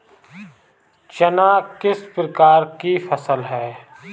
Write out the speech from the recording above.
चना किस प्रकार की फसल है?